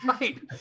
Right